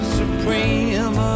supreme